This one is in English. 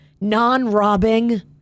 non-robbing